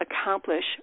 accomplish